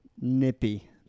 nippy